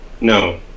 no